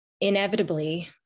inevitably